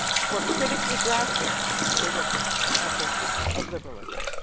for critically grasping the workings of the system, of liberalism.